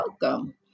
welcome